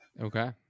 Okay